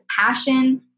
passion